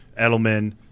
Edelman